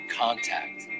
contact